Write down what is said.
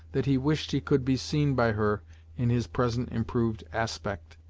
that he wished he could be seen by her in his present improved aspect.